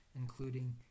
including